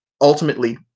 ultimately